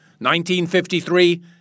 1953